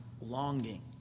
longing